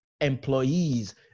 employees